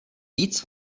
víc